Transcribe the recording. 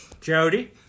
Jody